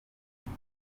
muri